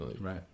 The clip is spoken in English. Right